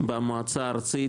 במועצה הארצית,